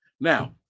Now